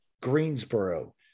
Greensboro